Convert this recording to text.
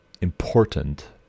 important